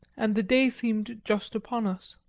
and the day seemed just upon us.